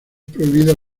prohibido